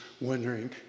wondering